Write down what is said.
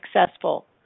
successful